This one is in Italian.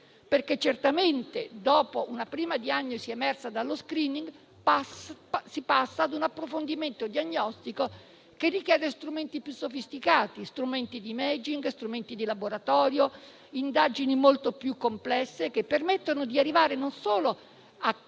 Certamente, infatti, dopo una prima diagnosi emersa dallo *screening*, si passa a un approfondimento diagnostico che richiede strumenti più sofisticati, metodiche di *imaging*, strumenti di laboratorio, indagini molto più complesse che permettono di arrivare a